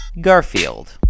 Garfield